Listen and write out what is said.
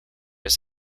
his